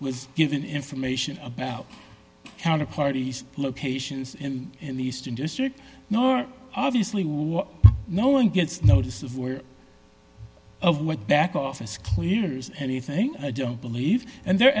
was given information about counterparty locations in in the eastern district nor obviously no one gets notice of where of what back office clears anything i don't believe and their